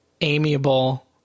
amiable